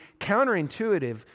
counterintuitive